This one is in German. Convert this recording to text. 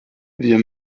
wir